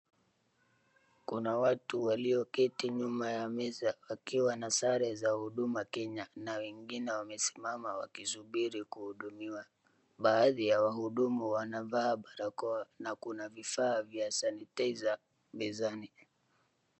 Kuna watu walioketi nyuma ya meza wakiwa na sare za huduma kenya na wengine wamesimama wakisubiri kuhudumiwa. Baadhi ya wahudumu wanavaa barakoa na kuna vifaa vya sanitizer mezani.